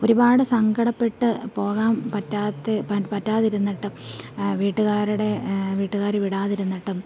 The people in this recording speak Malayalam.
ഒരുപാട് സങ്കടപ്പെട്ട് പോകാൻ പറ്റാത്തേ പറ്റാതിരുന്നിട്ടും വീട്ടുകാരുടെ വീട്ടുകാര് വിടാതിരുന്നിട്ടും